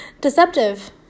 Deceptive